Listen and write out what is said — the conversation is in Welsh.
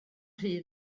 rhy